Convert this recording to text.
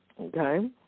Okay